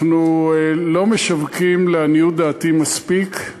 אנחנו לא משווקים, לעניות דעתי, מספיק.